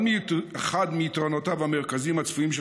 אחד מיתרונותיו המרכזיים הצפויים של